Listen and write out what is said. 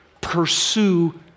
pursue